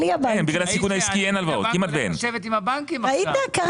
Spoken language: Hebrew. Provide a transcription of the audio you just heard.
שלא יהיה, היושב-ראש, מה שאומר